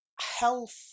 health